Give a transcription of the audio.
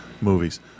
movies